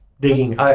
digging